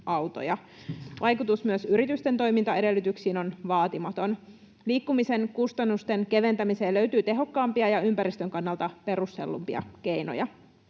Vaikutus myös yritysten toimintaedellytyksiin on vaatimaton. Liikkumisen kustannusten keventämiseen löytyy tehokkaampia ja ympäristön kannalta perustellumpia keinoja.